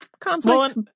conflict